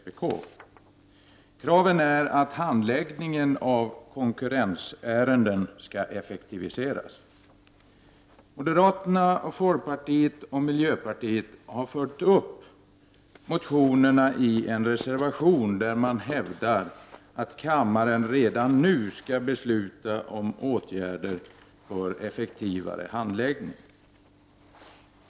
Kraven är att handläggningen av konkurrensärenden skall effektiviseras. Moderaterna, folkpartiet och miljöpartiet har följt upp motionerna i en reservation, där man hävdar att kammaren redan nu skall besluta om åtgärder för effektivare handläggning.